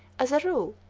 as a rule,